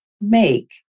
make